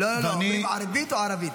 אומרים ערְבית או ערָבית?